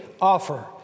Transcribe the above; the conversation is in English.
offer